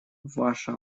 ваша